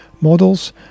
Models